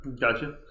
Gotcha